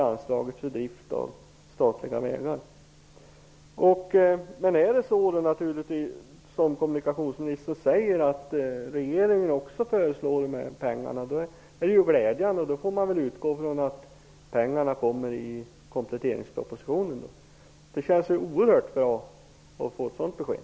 Är det så som kommunikationsministern säger, att regeringen också föreslår dessa pengar, är det naturligtvis glädjande. Då får man utgå från att pengarna kommer i kompletteringspropositionen. Det känns oerhört bra att ha fått ett sådant besked.